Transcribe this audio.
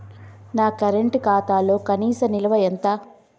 నా కరెంట్ ఖాతాలో కనీస నిల్వ ఎంత?